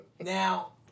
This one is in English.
Now